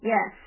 Yes